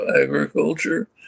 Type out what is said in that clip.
agriculture